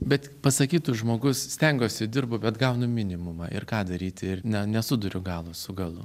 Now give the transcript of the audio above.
bet pasakytų žmogus stengiuosi dirbu bet gaunu minimumą ir ką daryti ir na nesuduriu galo su galu